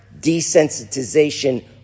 desensitization